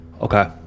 Okay